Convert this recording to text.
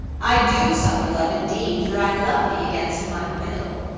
i do suffer love indeed, for i love thee against my will.